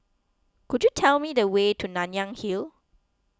could you tell me the way to Nanyang Hill